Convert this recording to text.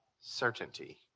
certainty